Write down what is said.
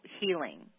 healing